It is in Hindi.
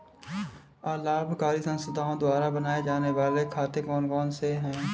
अलाभकारी संस्थाओं द्वारा बनाए जाने वाले खाते कौन कौनसे हैं?